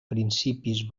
principis